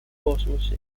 космосе